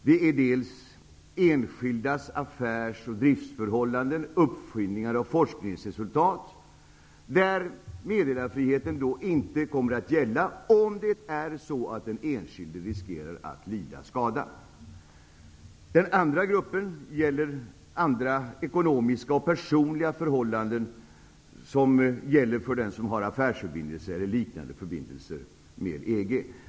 Det är när det gäller enskildas affärs och driftsförhållanden samt uppfinningar och forskningsresultat som meddelarfriheten inte kommer att gälla om den enskilde riskerar att lida skada. Den andra gruppen gäller andra ekonomiska och personliga förhållanden som gäller för den som har affärsförbindelser, eller liknande förbindelser, med EG.